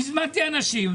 הזמנתי אנשים.